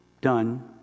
done